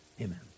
Amen